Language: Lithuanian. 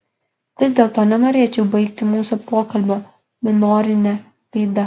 vis dėlto nenorėčiau baigti mūsų pokalbio minorine gaida